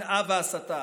שנאה וההסתה,